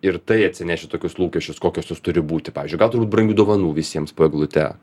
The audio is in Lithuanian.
ir tai atsineši tokius lūkesčius kokios jos turi būti pavyzdžiui gal turi būt brangių dovanų visiems po eglute